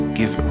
give